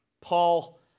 Paul